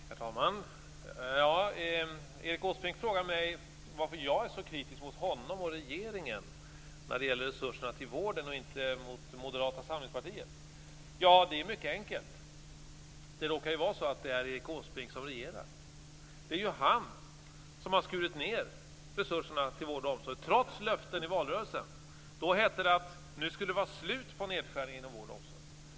Herr talman! Erik Åsbrink frågar mig varför jag är så kritisk mot honom och regeringen när det gäller resurserna till vården och inte mot Moderata samlingspartiet. Det är mycket enkelt. Det råkar ju vara så att det är Erik Åsbrink som regerar. Det är ju han som har skurit ned resurserna till vård och omsorg trots löften i valrörelsen. Då hette det att nu skulle det vara slut på nedskärningarna inom vård och omsorg.